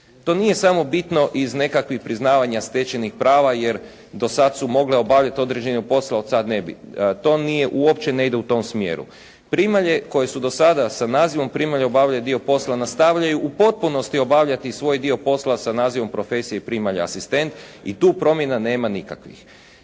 To nije samo bitno iz nekakvih priznavanja stečenih prava jer do sad su mogla obavljati određeni posao, a od sad ne bi. To nije, uopće ne ide u tom smjeru. Primalje koje su do sada sa nazivom primalje obavile dio posla nastavljaju u potpunosti obavljati svoj dio posla sa nazivom profesije primalja asistent i tu promjena nema nikakvih.